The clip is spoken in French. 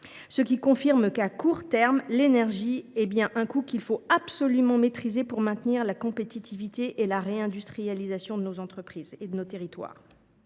Cela confirme que, à court terme, l’énergie est bien un coût qu’il faut absolument maîtriser pour maintenir la compétitivité et la réindustrialisation de nos entreprises et de nos territoires.